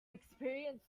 experience